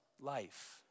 life